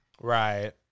right